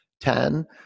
Ten